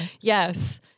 Yes